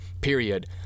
period